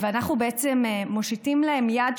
ואנחנו בעצם מושיטים להן יד,